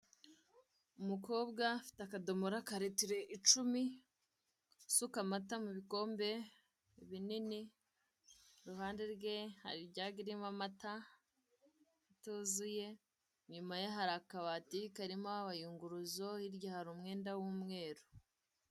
Umukobwa afite akadomora ka ritiro icumi usuka amata mu bikombe binini, iruhande rwe hari ijage irimo amata ituzuye inyuma ya hari akabati karimo abayunguruzo hirya hari umwenda w'umweru.